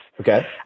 Okay